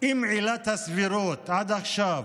אם עילת הסבירות עד עכשיו